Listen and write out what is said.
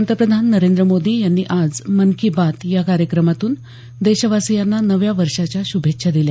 पंतप्रधान नरेंद्र मोदी यांनी आज मन की बात या कार्यक्रमातून देशवासीयांना नव्या वर्षाच्या शुभेच्छा दिल्या